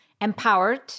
empowered